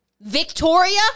Victoria